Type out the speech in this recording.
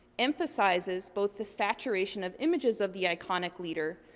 emphasizes both the saturation of images of the iconic leader,